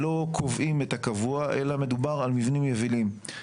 לא קובעים את הקבוע אלא מדובר על מבנים יבילים.